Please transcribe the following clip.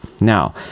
Now